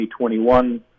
2021